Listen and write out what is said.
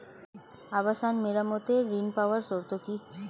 আবাসন মেরামতের ঋণ পাওয়ার শর্ত কি?